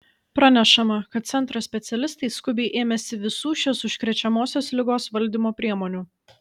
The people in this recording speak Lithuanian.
pranešama kad centro specialistai skubiai ėmėsi visų šios užkrečiamosios ligos valdymo priemonių